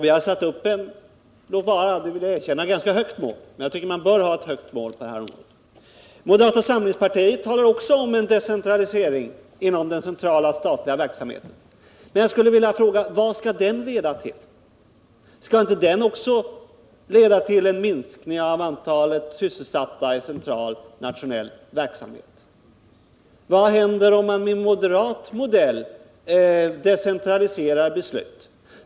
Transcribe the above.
Vi har satt upp ett ganska högt mål — det vill jag erkänna — men jag tycker att man bör ha ett högt mål på det här området. Moderata samlingspartiet talar också om en decentralisering inom den centrala statliga verksamheten. Men vad skall den leda till? Skall inte den också leda till en minskning av antalet sysselsatta i central nationell verksamhet? Vad händer om man med moderat modell decentraliserar beslut?